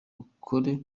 ukore